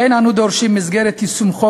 אין אנו דורשים במסגרת יישום החוק